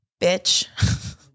Bitch